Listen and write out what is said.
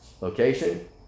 Location